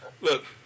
Look